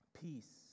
peace